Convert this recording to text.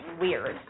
weird